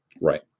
Right